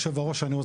יושב הראש,